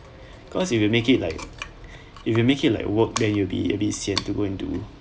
cause if you make it like if you make it like work then you be a bit sian to go and do